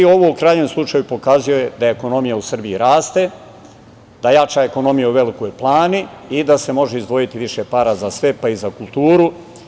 Ovo u krajnjem slučaju pokazuje da ekonomija u Srbiji raste, da jača ekonomija u Velikoj Plani i da se može izdvojiti više para za sve, pa i za kulturu.